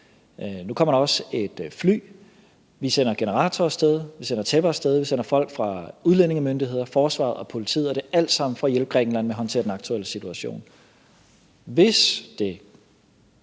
Nu kommer der også et fly. Vi sender en generator af sted. Vi sender tæpper af sted. Vi sender folk fra udlændingemyndighederne, forsvaret og politiet derned. Det er alt sammen for at hjælpe Grækenland med at håndtere den aktuelle situation. Hvis det